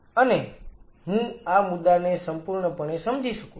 અને હું આ મુદ્દાને સંપૂર્ણપણે સમજી શકું છું